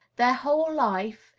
their whole life,